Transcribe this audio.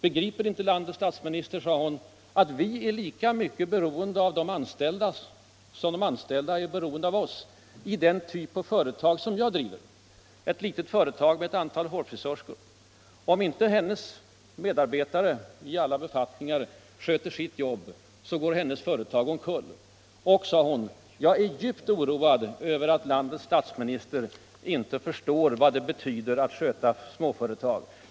Begriper inte landets statsminister”, sade hon, ”att vi är lika mycket beroende av de anställda som de anställda är beroende av oss i den typ av företag som jag driver — ett litet företag med ett antal hårfrisörskor?” Om inte hennes medarbetare sköter sina jobb så går hennes företag omkull. ”Jag är djupt oroad”, sade hon, ”över att landets statsminister inte förstår vad det betyder att sköta ett småföretag.